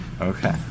Okay